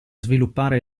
sviluppare